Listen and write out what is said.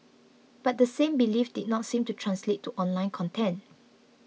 but the same belief did not seem to translate to online content